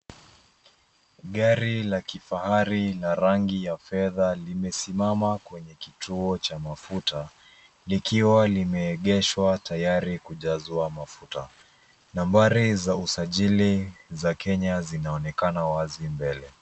Gari la kifahari la rangi ya fedha limesimama kwenye kituo cha mafuta likiwa limeegeshwa tayari kujazwa mafuta. Nambari za usajili za Kenya zinaonekana wazi mbele.